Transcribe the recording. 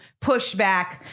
pushback